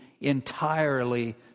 entirely